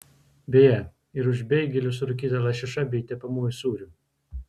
beje ir už beigelius su rūkyta lašiša bei tepamuoju sūriu